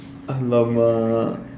alamak